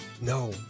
No